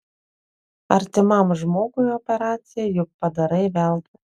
artimam žmogui operaciją juk padarai veltui